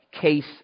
case